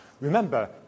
Remember